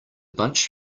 bunch